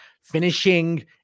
finishing